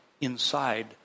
inside